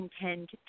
intend